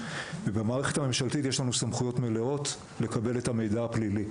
במערכת הממשלתית יש לנו סמכויות מלאות לקבל את המידע הפלילי.